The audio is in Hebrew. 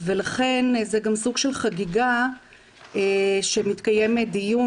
ולכן זה גם סוג של חגיגה שמתקיים דיון